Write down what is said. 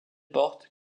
porte